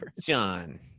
john